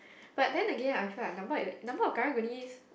but then Again I feel like number of number of karang-guni